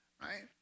right